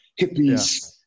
hippies